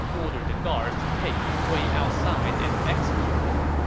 ordered the guards to take li gui outside and execute him.